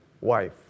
wife